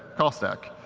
call stack.